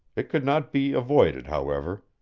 it could not be avoided, however.